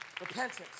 Repentance